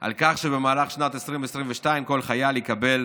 על כך שבמהלך שנת 2022 כל חייל יקבל